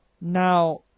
Now